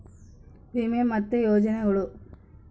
ವಿಮೆ ಮತ್ತೆ ಯೋಜನೆಗುಳು